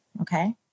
Okay